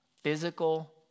physical